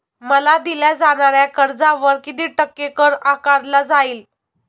मला दिल्या जाणाऱ्या कर्जावर किती टक्के कर आकारला जाईल?